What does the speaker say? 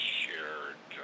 shared